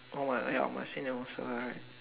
or what ya must send them also right